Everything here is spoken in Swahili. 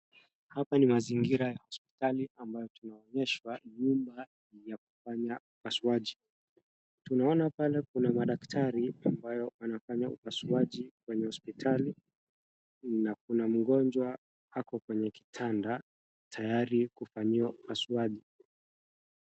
Hapa ni mazingira ya hospitali ambayo tunaonyeshwa nyumba ya kufanya upaswaji. Tunaona pale kuna madaktari ambayo wanafanya upasuaji kwenye hospitali na kuna mgonjwa ako kwenye kitanda tayari kufanyiwa upasuaji.